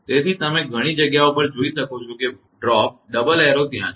તેથી તમે ઘણી જગ્યાઓ પર જોઈ શકો છો કે ડ્રોપ ડબલ એરો ત્યાં છે